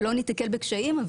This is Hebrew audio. ולא נתקל בקשיים.